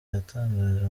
yatangaje